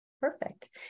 Perfect